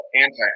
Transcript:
Anti